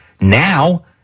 Now